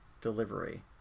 delivery